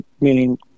meaning